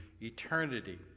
eternity